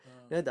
ah